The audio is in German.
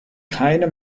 keine